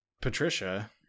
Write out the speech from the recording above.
Patricia